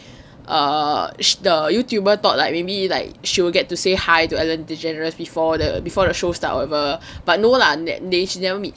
err the youtuber thought like maybe like she'll get to say hi to ellen degeneres before the before the show started or whatever but no lah she never meet